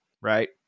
right